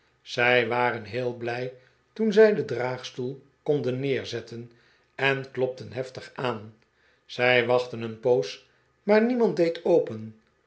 zij waren heel blij toen zij den draagstoel konden neerzetten en klopten heftig aan zij wachtten een poos maar niemand deed open